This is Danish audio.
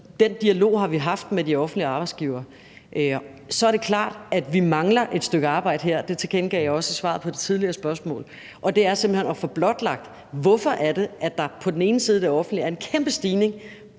den dialog har vi haft med de offentlige arbejdsgivere. Så er det klart, at vi her mangler et stykke arbejde, og det tilkendegav jeg også i svaret på det tidligere spørgsmål, og det er simpelt hen at få blotlagt, hvorfor det er, at der i det offentlige på den ene side er en kæmpe stigning